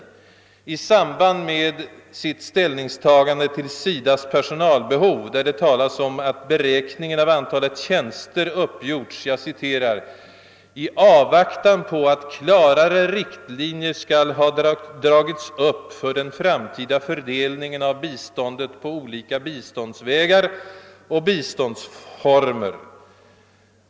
Han gör det i samband med sitt ställningstagande till SIDA:s personalbehov, där det talas om att beräkningen av antalet tjänster uppgjorts »i avvaktan på att klarare riktlinjer skall ha dragits upp för den framtida fördelningen av biståndet på olika biståndsvägar och biståndsformer».